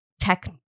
tech